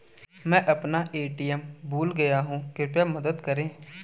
मैं अपना ए.टी.एम भूल गया हूँ, कृपया मदद करें